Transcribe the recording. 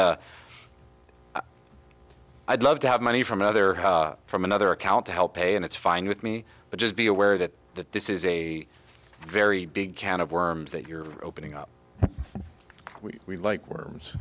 i'd love to have money from other from another account to help pay and it's fine with me but just be aware that that this is a very big can of worms that you're opening up we like worms